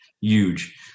huge